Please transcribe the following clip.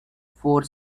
four